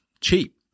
Cheap